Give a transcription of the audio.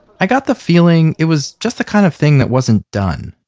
i got the feeling it was just the kind of thing that wasn't done.